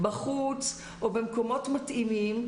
בחוץ או במקומות מתאימים,